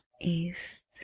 East